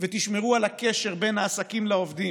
ותשמרו על הקשר בין העסקים לעובדים.